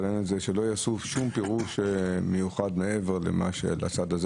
שלא יעשו שום פירוש מיוחד מעבר לצעד הזה